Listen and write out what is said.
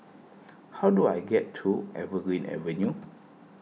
how do I get to Evergreen Avenue